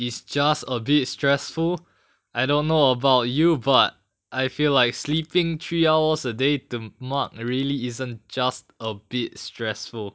is just a bit stressful I don't know about you but I feel like sleeping three hours a day to mug really isn't just a bit stressful